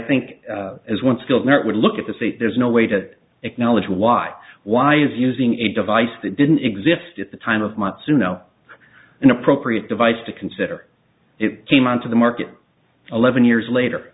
think as one skilled nurse would look at the state there's no way to acknowledge why why is using a device that didn't exist at the time of month to know an appropriate device to consider it came onto the market eleven years later